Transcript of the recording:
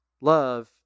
Love